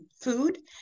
food